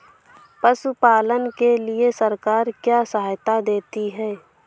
पशु पालन के लिए सरकार क्या सहायता करती है?